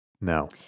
No